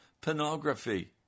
pornography